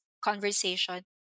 conversation